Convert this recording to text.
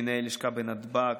מנהל לשכה בנתב"ג,